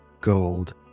gold